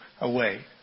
away